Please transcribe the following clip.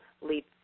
leap